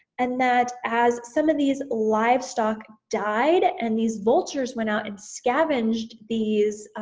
and that as some of these livestock died, and these vultures went out and scavenged these